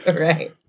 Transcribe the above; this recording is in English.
Right